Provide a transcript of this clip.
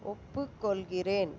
ஒப்புக்கொள்கிறேன்